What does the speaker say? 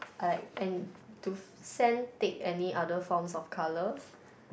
I like any~ do sand take any other forms of colour